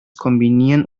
kombinieren